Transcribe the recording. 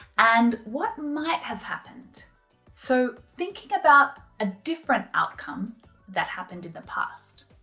and what might have happened so thinking about a different outcome that happened in the past.